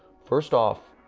first off,